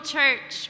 Church